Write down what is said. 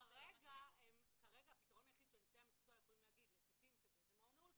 כרגע הפתרון היחיד שאנשי המקצוע יכולים להגיד לקטין כזה זה מעון נעול,